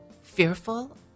fearful